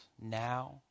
now